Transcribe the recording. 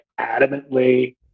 adamantly